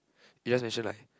you just mention like